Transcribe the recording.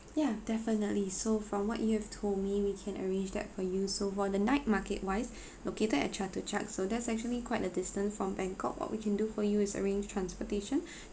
yeah definitely so from what you have told me we can arrange that for you so for the night market wise located at chatuchak so that's actually quite a distance from bangkok what we can do for you is arrange transportation